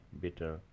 bitter